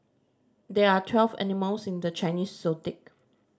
there are twelve animals in the Chinese Zodiac